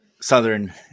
southern